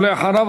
ואחריו,